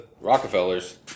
Rockefellers